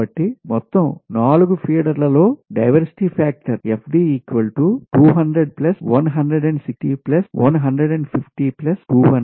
కాబట్టి మొత్తం 4 ఫీడర్లలో డైవర్సిటీ ఫాక్టర్ FD 2001601502006001